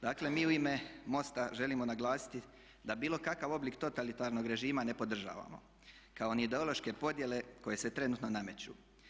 Dakle, mi u ime MOST-a želimo naglasiti da bilo kakav oblik totalitarnog režima ne podržavamo, kao ni ideološke podjele koje se trenutno nameću.